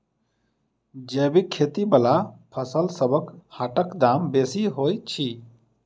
जैबिक खेती बला फसलसबक हाटक दाम बेसी होइत छी